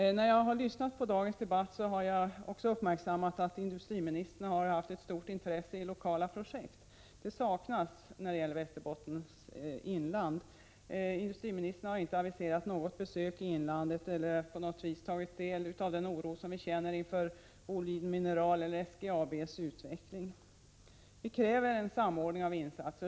När jag lyssnat på dagens debatt har jag också uppmärksammat att industriministern har ett stort intresse i lokala projekt. Detta intresse saknas när det gäller Västerbottens inland. Industriministern har inte aviserat något besök i inlandet eller på något vis tagit del av den oro som vi känner inför Boliden Minerals och SGAB:s utveckling. Vi kräver en samordning av insatser.